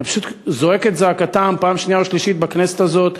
אני פשוט זועק את זעקתם בפעם השנייה או השלישית בכנסת הזאת.